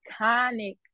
iconic